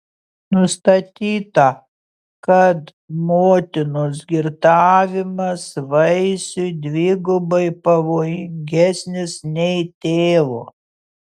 nustatyta kad motinos girtavimas vaisiui dvigubai pavojingesnis nei tėvo